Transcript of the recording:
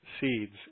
seeds